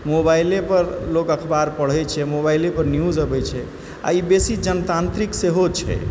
मोबाइलेपर लोक अखबार पढ़ैत छै मोबाइलेपर न्यूज अबै छै आ ई बेशी जनतान्त्रिक सेहो छै